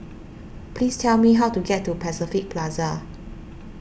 please tell me how to get to Pacific Plaza